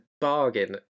bargain